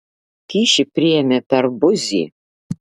kyšį priėmė per buzį